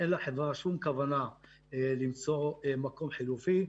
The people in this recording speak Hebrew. אין לחברה שום כוונה למצוא מקום חלופי.